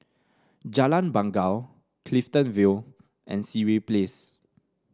Jalan Bangau Clifton Vale and Sireh Place